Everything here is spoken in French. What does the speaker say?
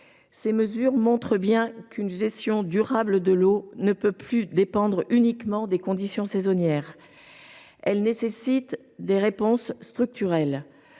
Ces mesures montrent bien qu’une gestion durable de l’eau ne peut plus dépendre uniquement des conditions saisonnières, mais qu’elle nécessite des réponses structurelles.